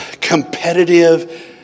competitive